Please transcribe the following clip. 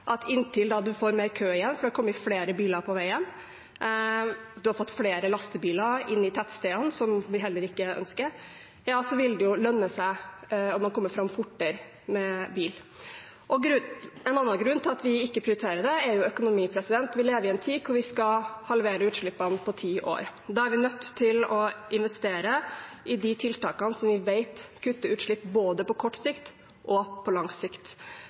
at inntil man får mer kø igjen, fordi det har kommet flere biler på veien og man har fått flere lastebiler inn i tettstedene, som vi heller ikke ønsker, vil det lønne seg, og man kommer fram fortere, med bil. En annen grunn til at vi ikke prioriterer det, er økonomi. Vi lever i en tid hvor vi skal halvere utslippene på ti år. Da er vi nødt til å investere i de tiltakene vi vet kutter utslipp, på både kort og lang sikt. Jeg er helt sikker på